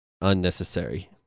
Unnecessary